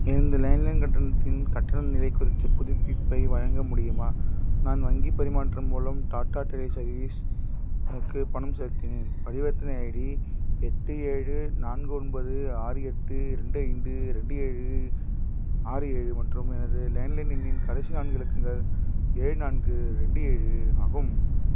எனது லேண்ட்லைன் கட்டணத்தின் கட்டண நிலை குறித்த புதுப்பிப்பை வழங்க முடியுமா நான் வங்கி பரிமாற்றம் மூலம் டாடா டெலி சர்வீஸ்க்கு பணம் செலுத்தினேன் பரிவர்த்தனை ஐடி எட்டு ஏழு நான்கு ஒன்பது ஆறு எட்டு ரெண்டு ஐந்து ரெண்டு ஏழு ஆறு ஏழு மற்றும் எனது லேண்ட்லைன் எண்ணின் கடைசி நான்கு இலக்கங்கள் ஏழு நான்கு ரெண்டு ஏழு ஆகும்